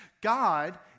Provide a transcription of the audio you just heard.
God